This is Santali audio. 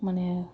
ᱢᱟᱱᱮ